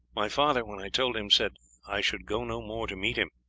my father, when i told him, said i should go no more to meet him.